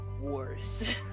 worse